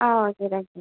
ஆ okay தேங்ஸ்ங்க